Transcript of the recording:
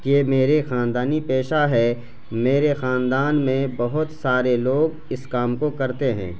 کہ میرے خاندانی پیشہ ہے میرے خاندان میں بہت سارے لوگ اس کام کو کرتے ہیں